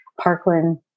Parkland